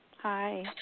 Hi